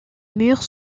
murs